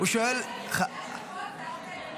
הוא שואל --- שישה שבועות זה הרבה,